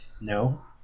no